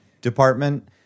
department